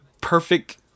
perfect